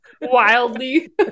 wildly